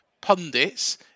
pundits